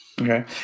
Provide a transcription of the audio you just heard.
Okay